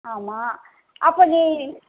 ஆமாம் அப்போ